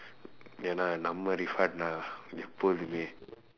ஏனா நம்ம:eenaa namma எப்போதுமே:eppoothumee